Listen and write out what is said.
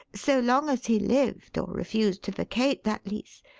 so long as he lived or refused to vacate that lease,